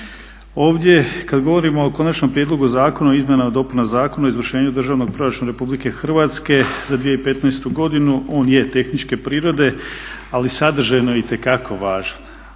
Ovdje kada govorimo o Konačnom prijedlogu Zakona o izmjenama i dopunama Zakona o izvršenju državnog proračuna Republike Hrvatske za 2015. godinu on je tehničke prirode ali sadržajno je itekako važan.